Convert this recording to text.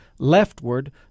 leftward